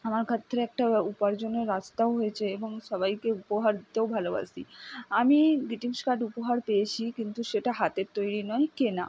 আমার ক্ষেত্রে একটা উপার্জনের রাস্তাও হয়েছে এবং সবাইকে উপহার দিতেও ভালোবাসি আমি গিটিংস কার্ড উপহার পেয়েছি কিন্তু সেটা হাতের তৈরি নয় কেনা